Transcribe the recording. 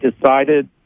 decided